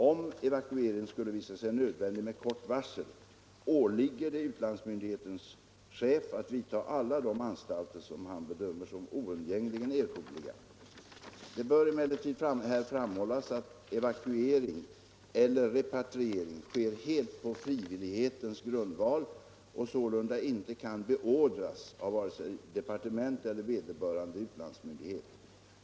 Om evakuering skulle visa sig nödvändig med kort varsel, åligger det utlandsmyndighetens chef att vidtaga alla de anstalter som han bedömer som oundgängligen erforderliga. Det bör emellertid här framhållas att evakuering eller repatriering sker helt på frivillighetens grundval och sålunda inte kan beordras av vare sig departementet eller vederbörande utlandsmyndighet.